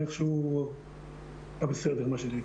כבר איכשהו בסדר מה שנקרא.